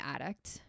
addict